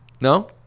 No